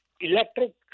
electric